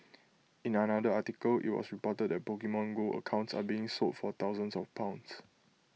in another article IT was reported that Pokemon go accounts are being sold for thousands of pounds